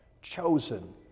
chosen